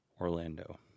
Orlando